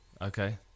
Okay